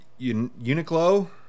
Uniqlo